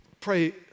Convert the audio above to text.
Pray